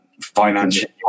financial